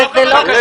ענתה על הנושא